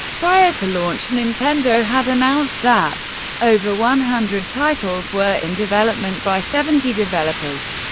prior to launch, nintendo had announced that over one hundred titles were in development by seventy developers.